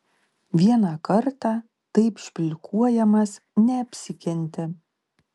vieną kartą taip špilkuojamas neapsikentė